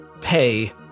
pay